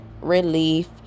relief